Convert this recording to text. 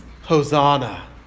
Hosanna